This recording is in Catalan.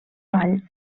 vall